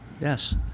Yes